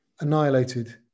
annihilated